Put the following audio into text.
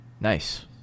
Nice